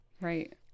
right